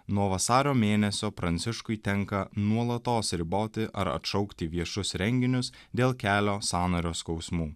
nuo vasario mėnesio pranciškui tenka nuolatos riboti ar atšaukti viešus renginius dėl kelio sąnario skausmų